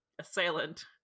assailant